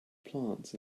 plants